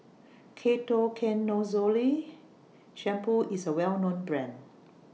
Ketoconazole Shampoo IS A Well known Brand